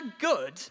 good